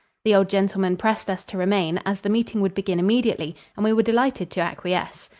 the old gentleman pressed us to remain, as the meeting would begin immediately, and we were delighted to acquiesce.